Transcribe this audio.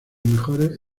mejores